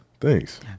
Thanks